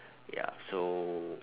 ya so